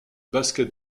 basket